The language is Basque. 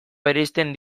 bereizten